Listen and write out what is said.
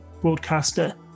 broadcaster